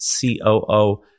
COO